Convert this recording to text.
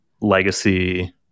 legacy